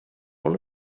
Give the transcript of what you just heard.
one